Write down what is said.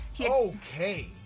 Okay